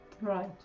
Right